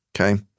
Okay